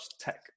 tech